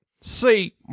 See